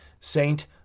Saint